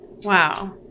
Wow